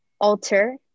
alter